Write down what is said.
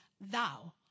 thou